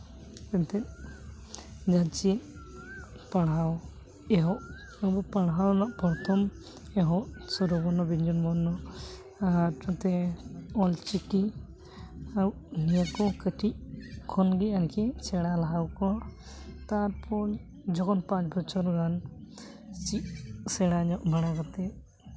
ᱮᱱᱛᱮᱜ ᱡᱟᱦᱟᱱ ᱪᱮᱫ ᱯᱟᱲᱦᱟᱣ ᱮᱦᱚᱵ ᱟᱵᱚ ᱯᱟᱲᱦᱟᱣ ᱨᱮᱱᱟᱜ ᱯᱨᱚᱛᱷᱚᱢ ᱮᱦᱚᱵ ᱥᱚᱨᱚ ᱵᱚᱨᱱᱚ ᱵᱮᱧᱡᱚᱱ ᱵᱚᱨᱱᱚ ᱟᱨ ᱱᱟᱛᱮ ᱚᱞ ᱪᱤᱠᱤ ᱱᱤᱭᱟᱹ ᱠᱚ ᱠᱟᱹᱴᱤᱡ ᱠᱷᱚᱱᱜᱮ ᱟᱨᱠᱤ ᱥᱮᱬᱟ ᱞᱟᱦᱟᱣ ᱠᱚᱣᱟ ᱛᱟᱨᱯᱚᱨ ᱡᱚᱠᱷᱚᱱ ᱯᱟᱸᱪ ᱵᱚᱪᱷᱚᱨ ᱜᱟᱱ ᱪᱮᱫ ᱥᱮᱬᱟ ᱧᱚᱜ ᱵᱟᱲᱟ ᱠᱟᱛᱮ